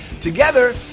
Together